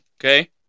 Okay